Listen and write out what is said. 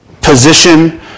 position